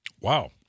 Wow